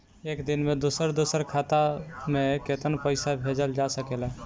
एक दिन में दूसर दूसर खाता में केतना पईसा भेजल जा सेकला?